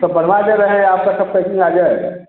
सब बँधवा दे रहे हैं आपका सब पेक्किंग आ जाएगा